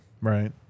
right